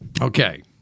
okay